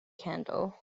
candle